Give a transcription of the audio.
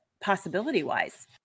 possibility-wise